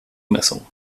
messungen